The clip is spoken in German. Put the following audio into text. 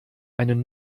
einen